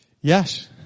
yes